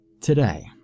Today